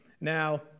Now